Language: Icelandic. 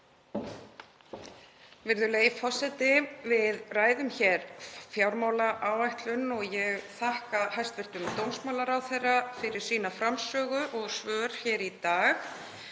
Virðulegi forseti. Við ræðum hér fjármálaáætlun og ég þakka hæstv. dómsmálaráðherra fyrir sína framsögu og svör hér í dag.